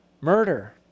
murder